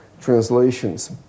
translations